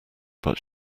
but